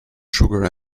sugar